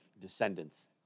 descendants